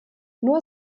nur